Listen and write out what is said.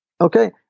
Okay